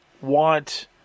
want